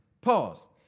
pause